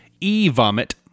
e-vomit